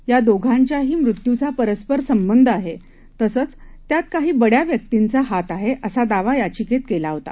या दोघांच्याही मृत्यूंचा परस्पर संबंध असल्याचा आहे तसंच आणि त्यात काही बड्या व्यक्तींचा हात आहे असा दावा याचिकेत केला होता